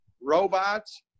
robots